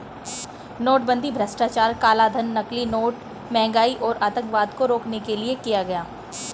नोटबंदी भ्रष्टाचार, कालाधन, नकली नोट, महंगाई और आतंकवाद को रोकने के लिए किया गया